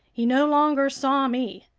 he no longer saw me,